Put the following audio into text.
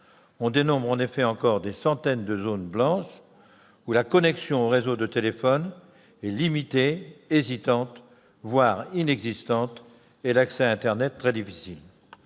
On dénombre en effet encore des centaines de « zones blanches » où la connexion au réseau de téléphone est limitée, hésitante, voire inexistante et l'accès à internet très difficile.